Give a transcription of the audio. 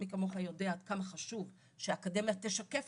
מי כמוך יודע עד כמה חשוב שהאקדמיה תשקף